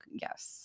Yes